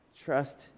trust